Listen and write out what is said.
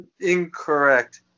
Incorrect